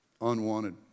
unwanted